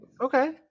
Okay